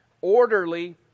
orderly